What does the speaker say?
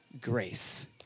grace